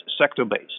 sector-based